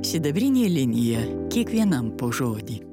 sidabrinė linija kiekvienam po žodį